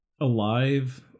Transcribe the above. Alive